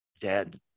dead